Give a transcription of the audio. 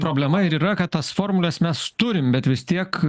problema ir yra kad tas formules mes turim bet vis tiek